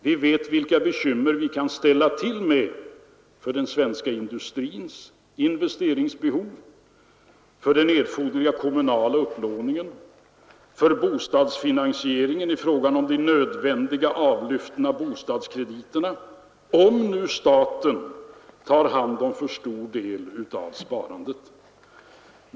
Vi vet vilka bekymmer vi kan ställa till med för den svenska industrins investeringsbehov, för den erforderliga kommunala upplåningen, för bostadsfinansieringen i fråga om nödvändiga avlyft av bostadskrediterna, om nu staten tar hand om för stor del av sparandet.